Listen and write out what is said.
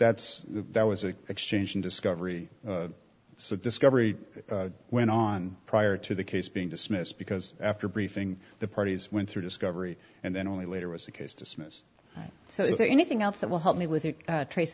that's that was an exchange in discovery so discovery went on prior to the case being dismissed because after briefing the parties went through discovery and then only later was the case dismissed so is there anything else that will help me with your trace